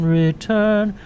return